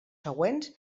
següents